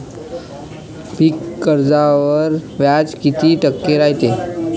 पीक कर्जावर व्याज किती टक्के रायते?